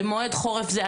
במועד חורף זה,